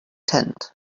tent